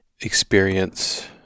experience